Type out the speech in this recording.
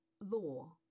law